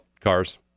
cars